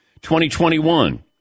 2021